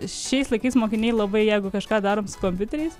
šiais laikais mokiniai labai jeigu kažką daro kompiuteriais